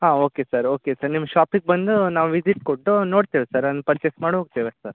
ಹಾಂ okay sir okay sir ನಿಮ್ಮ ಶಾಪಿಗೆ ಬಂದು ನಾವು ವಿಸಿಟ್ ಕೊಟ್ಟು ನೋಡ್ತಿವಿ ಸರ್ ಒನ್ ಪರ್ಚೆಸ್ ಮಾಡಿ ಹೋಗ್ತೆವೆ ಸರ್